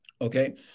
okay